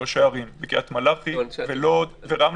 עם ראשי ערים, בקריית מלאכי, ולוד ורמלה.